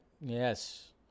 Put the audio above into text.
Yes